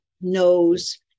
knows